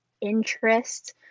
interest